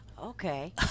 Okay